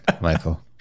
Michael